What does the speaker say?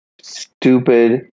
stupid